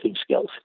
skills